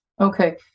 Okay